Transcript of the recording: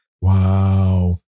Wow